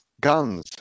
guns